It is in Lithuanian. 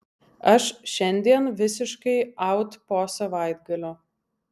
aš šiandien visiškai aut po savaitgalio